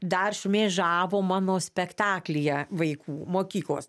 dar šmėžavo mano spektaklyje vaikų mokyklos